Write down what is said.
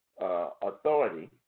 authority